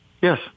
Yes